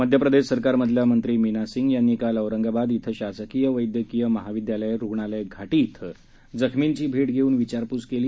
मध्य प्रदेश सरकारमधल्या मंत्री मीना सिंह यांनी काल औरंगाबाद इथं शासकीय वद्धकीय महाविद्यालय रुग्णालय घाटी इथं जखमींची भेट घेऊन विचारपूस केली